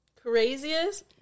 Craziest